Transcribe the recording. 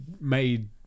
made